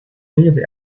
daily